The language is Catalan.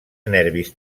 nervis